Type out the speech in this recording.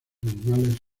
animales